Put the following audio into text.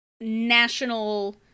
national